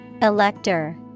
ELECTOR